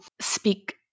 speak